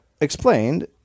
explained